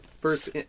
first